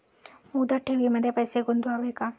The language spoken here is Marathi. मुदत ठेवींमध्ये पैसे गुंतवावे का?